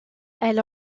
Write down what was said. elle